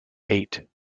eight